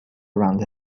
around